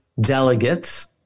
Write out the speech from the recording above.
delegates